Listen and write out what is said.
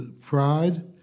pride